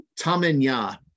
Tamanya